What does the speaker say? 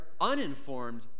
uninformed